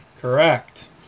Correct